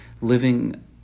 living